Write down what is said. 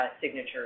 signature